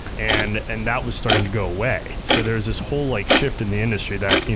and and that was starting to go away. so, there's this whole like shift in the industry that,